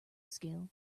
skill